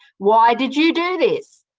why did you do this?